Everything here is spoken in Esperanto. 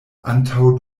antaŭ